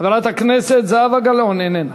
חברת הכנסת זהבה גלאון, איננה.